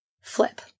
flip